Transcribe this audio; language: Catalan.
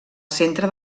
centre